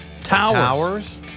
towers